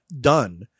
done